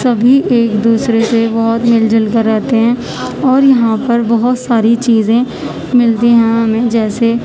سبھی ایک دوسرے سے بہت مل جل کر رہتے ہیں اور یہاں پر بہت ساری چیزیں ملتی ہیں ہمیں جیسے